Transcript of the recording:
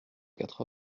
quatre